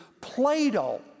Plato